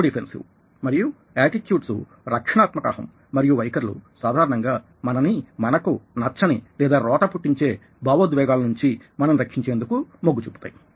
ఇగో defensive మరియు attitudes రక్షణాత్మక అహం మరియు వైఖరులు సాధారణంగా మనని మనకు నచ్చని లేదా రోతపుట్టించే భావోద్వేగాల నుంచి మనని రక్షించేందుకు మొగ్గు చూపుతాయి